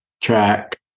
track